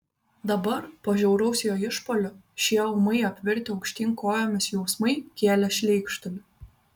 dabar po žiauraus jo išpuolio šie ūmai apvirtę aukštyn kojomis jausmai kėlė šleikštulį